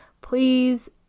please